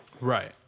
Right